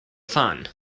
fun